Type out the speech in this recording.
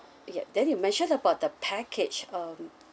yup then you mentioned about the package um